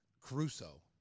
Caruso